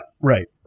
right